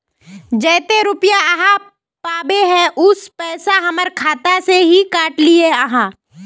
जयते रुपया आहाँ पाबे है उ पैसा हमर खाता से हि काट लिये आहाँ?